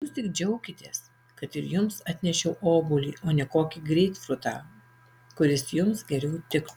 jūs tik džiaukitės kad ir jums atnešiau obuolį o ne kokį greipfrutą kuris jums geriau tiktų